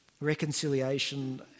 reconciliation